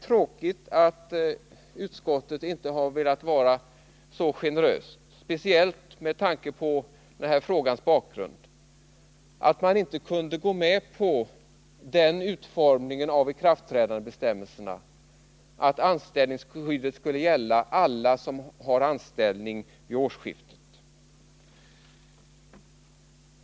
Speciellt med tanke på denna frågas bakgrund är det tråkigt att utskottet inte velat gå med på en sådan generös utformning av ikraftträdandebestämmelserna att anställningsskyddet skulle gälla alla som har anställning vid årsskiftet.